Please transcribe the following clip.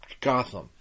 Gotham